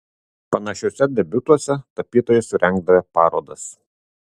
panašiuose debiutuose tapytojai surengdavę parodas